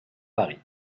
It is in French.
paris